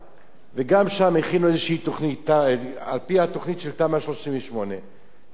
וגם שם הכינו תוכנית על-פי תמ"א 38, אבל זה תקוע.